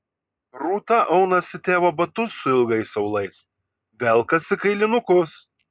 rūta aunasi tėvo batus su ilgais aulais velkasi kailinukus